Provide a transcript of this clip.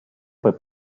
poi